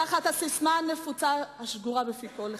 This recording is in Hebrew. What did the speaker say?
תחת הססמה הנפוצה השגורה בפי כל אחד,